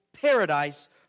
paradise